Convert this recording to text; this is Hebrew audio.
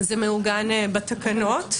זה מעוגן בתקנות.